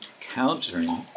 countering